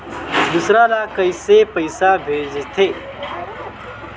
दूसरा ला कइसे पईसा भेजथे?